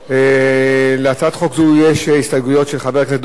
להצעת חוק זו יש הסתייגויות של חבר הכנסת דב חנין.